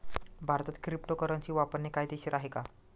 भारतात क्रिप्टोकरन्सी वापरणे कायदेशीर आहे का?